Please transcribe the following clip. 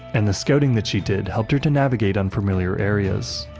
and the scouting that she did helped her to navigate unfamiliar areas.